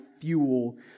fuel